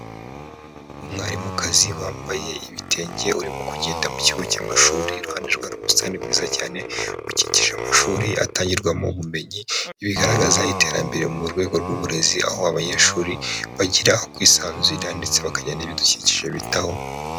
Umwarimukazi wambaye ibitenge urimo kugenda mu kigo cy'amashuri, iruhande rwe hari ubutani bwiza cyane bukikije amashuri atangirwamo ubumenyi, ibi bigaragaza iterambere mu rwego rw'uburezi aho abanyeshuri bagira kwisanzura ndetse bakagira n'ibidukikije bitaho.